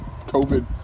COVID